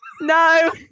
No